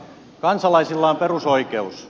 kansalaisilla on perusoikeus